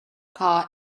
car